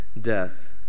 death